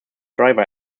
driver